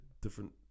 different